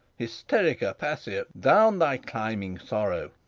hysterica passio down, thou climbing sorrow,